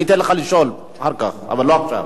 אני אתן לך לשאול אחר כך, אבל לא עכשיו.